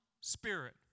spirit